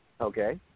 Okay